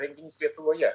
renginys lietuvoje